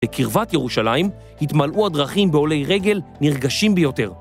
בקרבת ירושלים התמלאו הדרכים בעולי רגל נרגשים ביותר.